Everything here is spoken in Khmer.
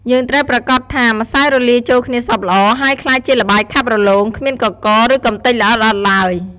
យើងត្រូវប្រាកដថាម្សៅរលាយចូលគ្នាសព្វល្អ ហើយក្លាយជាល្បាយខាប់រលោង គ្មានកករ ឬកម្ទេចល្អិតៗឡើយ។